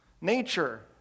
Nature